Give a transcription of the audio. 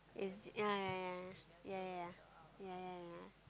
is it yeah yeah yeah yeah yeah yeah yeah yeah yeah